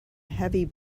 heavy